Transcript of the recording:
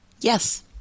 Yes